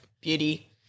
beauty